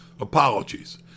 Apologies